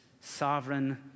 sovereign